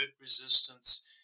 resistance